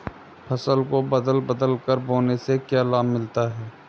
फसल को बदल बदल कर बोने से क्या लाभ मिलता है?